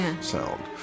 sound